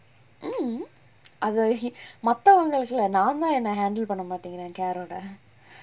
mm அது மத்தவங்குளுக்கு இல்ல நான்தா என்ன:athu mathavangalukku illa naantha enna handle பண்ண மாடிங்குறேன்:panna maatinguraen care ஓட:oda